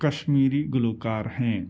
کشمیری گلوکار ہیں